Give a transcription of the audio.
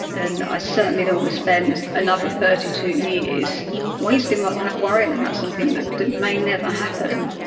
and i certainly don't want to spend another thirty two years wasting my life worrying about something that may never happen.